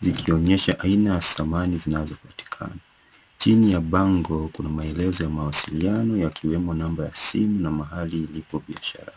zikionyesha aina ya samani zinazopatikana. Chini ya bango kuna maelezo ya mawasiliano yakiwemo namba ya simu na mahali lipo biashara.